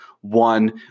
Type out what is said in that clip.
one